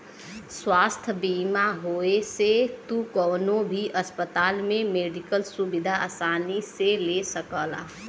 स्वास्थ्य बीमा होये से तू कउनो भी अस्पताल में मेडिकल सुविधा आसानी से ले सकला